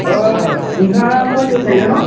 औ नोंथाङा गुवाहाटियाव थायो दा न